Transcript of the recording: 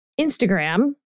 Instagram